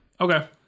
Okay